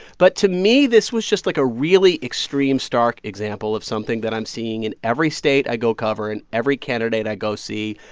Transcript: but to me, this was just, like, a really extreme, stark example of something that i'm seeing in every state i go cover and every candidate i go see.